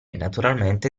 naturalmente